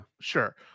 sure